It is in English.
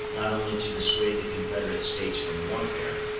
not only to dissuade the confederate states from warfare,